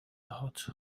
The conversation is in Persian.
هات